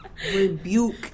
Rebuke